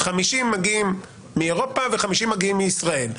50 מגיעים מאירופה ו- 50 מגיעים מישראל,